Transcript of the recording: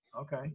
okay